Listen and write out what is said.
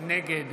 נגד